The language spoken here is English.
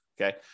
Okay